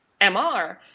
MR